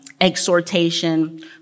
exhortation